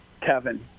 Kevin